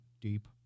deep